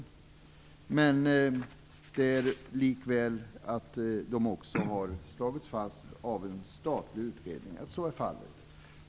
Likaså har en statlig utredning slagit fast att så är fallet.